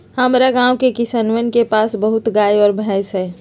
हमरा गाँव के किसानवन के पास बहुत गाय और भैंस हई